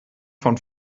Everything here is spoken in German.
von